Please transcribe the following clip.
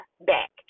back